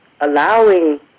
allowing